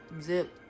zip